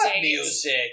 music